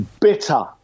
bitter